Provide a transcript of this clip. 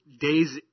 days